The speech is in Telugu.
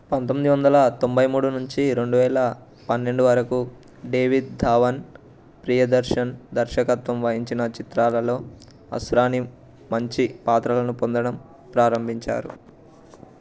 పంతొమ్మిది వందల తొంభైమూడు నుంచి రెండువేల పన్నెండు వరకు డేవిడ్ ధావన్ ప్రియదర్శన్ దర్శకత్వం వహించిన చిత్రాలలో అస్రాని మంచి పాత్రలను పొందడం ప్రారంభించారు